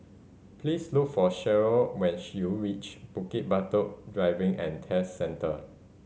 please look for Sheryl when you reach Bukit Batok Driving and Test Centre